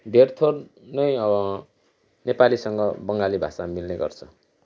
धेरथोर नै नेपालीसँग बङ्गाली भाषा मिल्ने गर्छ